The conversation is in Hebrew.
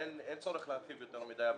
אין צורך לפרט יותר מדי.